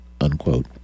unquote